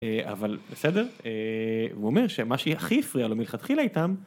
אבל בסדר, הוא אומר שמה שהכי הפריע לו מלכתחילה איתם